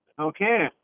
Okay